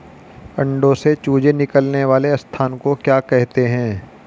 अंडों से चूजे निकलने वाले स्थान को क्या कहते हैं?